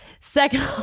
Second